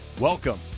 Welcome